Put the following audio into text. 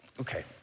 Okay